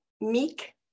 Meek